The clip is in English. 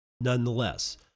Nonetheless